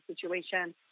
situation